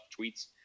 tweets